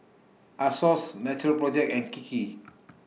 Asos Natural Project and Kiki